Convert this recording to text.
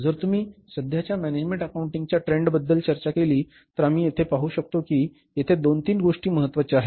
जर तुम्ही सध्याच्या मॅनेजमेंट अकाउंटिंगच्या ट्रेंडबद्दल चर्चा केली तर आम्ही येथे पाहू शकतो की येथे दोन तीन गोष्टी महत्वाच्या आहेत